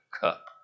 cup